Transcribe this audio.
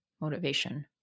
motivation